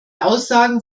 aussagen